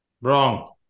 Wrong